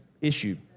issue